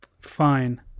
Fine